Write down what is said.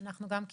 גם אנחנו קיבלנו,